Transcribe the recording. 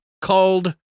called